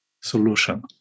solution